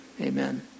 Amen